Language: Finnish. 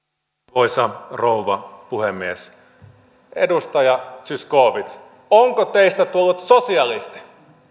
arvoisa rouva puhemies edustaja zyskowicz onko teistä tullut sosialisti